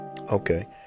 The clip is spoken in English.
okay